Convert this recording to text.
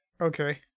Okay